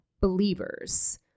believers